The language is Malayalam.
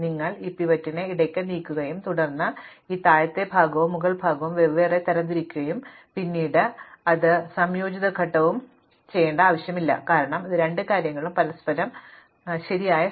നിങ്ങൾ ഈ പിവറ്റിനെ ഇടയ്ക്ക് നീക്കുകയും തുടർന്ന് നിങ്ങൾ ഈ താഴത്തെ ഭാഗവും മുകൾഭാഗവും വെവ്വേറെ തരംതിരിക്കുകയും പിന്നീട് നിങ്ങൾ ഒരു സംയോജിത ഘട്ടവും ചെയ്യേണ്ടതില്ല കാരണം ഈ രണ്ട് കാര്യങ്ങളും പരസ്പരം ശരിയായ സ്ഥാനത്താണ്